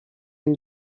and